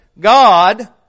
God